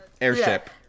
airship